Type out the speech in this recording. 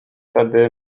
tedy